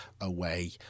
away